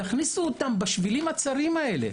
תכניסו אותם בשבילים הצרים האלה,